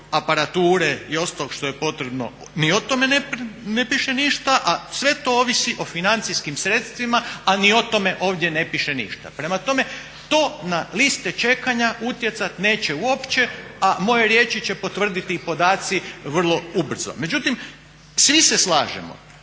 aparature i ostalog što je potrebno ni o tome ne piše ništa a sve to ovisi o financijskim sredstvima a ni o tome ovdje ne piše ništa. Prema tome, to na liste čekanja utjecati neće uopće a moje riječi će potvrditi i podaci vrlo ubrzo. Međutim, svi se slažemo